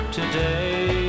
today